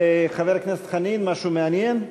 חבר הכנסת חנין, משהו מעניין?